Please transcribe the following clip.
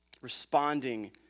Responding